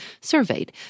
surveyed